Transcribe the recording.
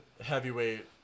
heavyweight